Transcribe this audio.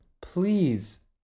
please